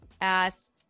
ass